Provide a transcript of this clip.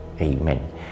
Amen